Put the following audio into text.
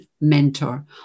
mentor